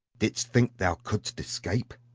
didst think thou couldst escape?